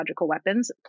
weapons